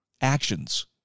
actions